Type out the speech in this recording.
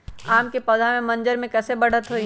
आम क पौधा म मजर म कैसे बढ़त होई?